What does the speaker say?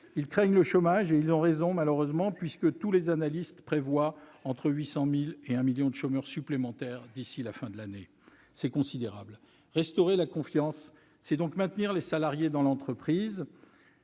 également le chômage, avec raison, malheureusement, puisque tous les analystes prévoient entre 800 000 et un million de chômeurs supplémentaires d'ici à la fin de l'année. C'est considérable. Restaurer la confiance, c'est donc maintenir les salariés dans l'entreprise,